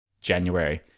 January